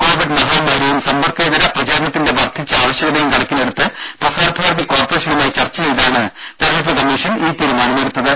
Covid മഹാമാരിയും സമ്പർക്കേതര പ്രചാരണത്തിന്റെ വർദ്ധിച്ച ആവശ്യകതയും കണക്കിലെടുത്ത് പ്രസാർഭാരതി കോർപ്പറേഷനുമായി ചർച്ച ചെയ്താണ് തെരഞ്ഞെടുപ്പ് കമ്മീഷൻ ഈ തീരുമാനം എടുത്തത്